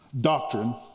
doctrine